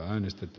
kannatan